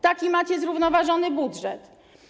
Taki macie zrównoważony budżet.